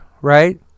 right